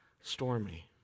stormy